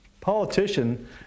politician